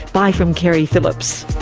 bye from keri phillips